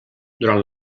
durant